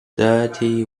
dirty